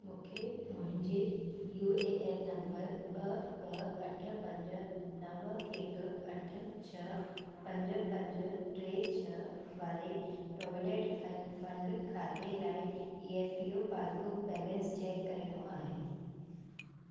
मूंखे मुंहिंजे U A N number ॿ ॿ अठ पंज नव हिकु अठ छह पंज पंज टे छह वारे प्रोविडेंट फ फंड खाते लाइ E P F O passbook balance check करिणो आहे